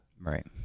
Right